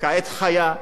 כעת חיה,